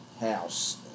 house